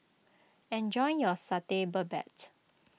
enjoy your Satay Babat